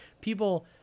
people